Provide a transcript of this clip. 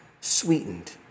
sweetened